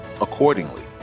accordingly